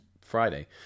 Friday